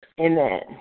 Amen